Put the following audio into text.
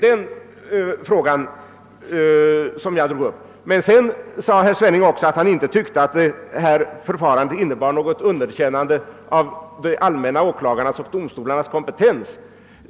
Herr Svenning sade att han inte tyckte att förfarandet innebar något underkännande av de allmänna åklagarnas och domarnas kompetens.